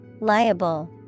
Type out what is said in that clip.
liable